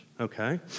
okay